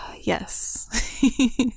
Yes